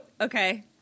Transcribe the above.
Okay